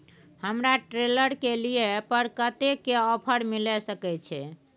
हमरा ट्रेलर के लिए पर कतेक के ऑफर मिलय सके छै?